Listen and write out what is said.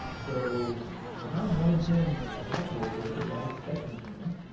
so around one in ten households are not expecting payment.